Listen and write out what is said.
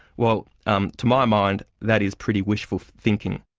well, um to my mind that is pretty wishful thinking.